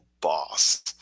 boss